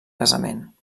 casament